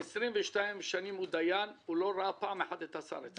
22 שנים הוא דיין והוא לא ראה אף פעם את השר אצלו.